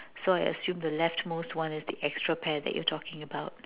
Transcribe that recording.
so I assume the left most one is the extra pair that you are talking about